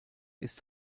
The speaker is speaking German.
ist